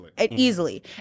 easily